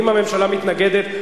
אם הממשלה מתנגדת,